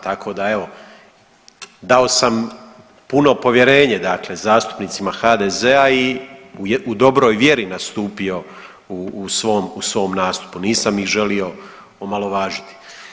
Tako da evo dao sam puno povjerenje, dakle zastupnicima HDZ-a i u dobroj vjeri nastupio u svom nastupu, nisam ih želio omalovažiti.